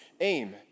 aim